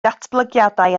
datblygiadau